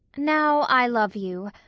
now i love you,